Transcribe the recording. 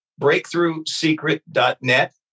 BreakthroughSecret.net